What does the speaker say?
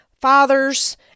fathers